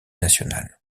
national